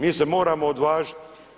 Mi se moramo odvažiti.